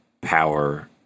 power